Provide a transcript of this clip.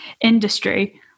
industry